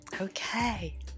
Okay